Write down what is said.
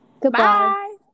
Goodbye